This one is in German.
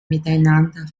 miteinander